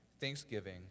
thanksgiving